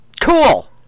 Cool